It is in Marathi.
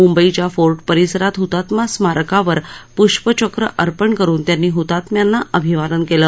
मुंबईच्या फोर्ट परिसरात हतात्मा स्मारकावर प्ष्पचक्र अर्पण करुन त्यांनी ह्तात्म्यांना अभिवादन केलं